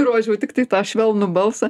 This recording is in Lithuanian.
rodžiau tiktai tą švelnų balsą